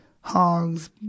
hogs